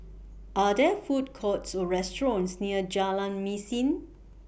Are There Food Courts Or restaurants near Jalan Mesin